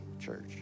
church